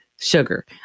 Sugar